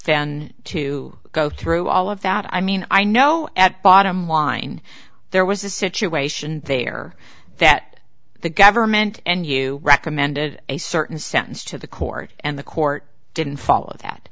then to go through all of that i mean i know at bottom line there was a situation there that the government and you recommended a certain sentence to the court and the court didn't follow that